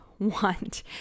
want